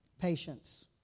Patience